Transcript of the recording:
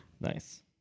Nice